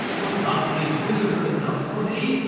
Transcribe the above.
was not the inquisitor enough for thee?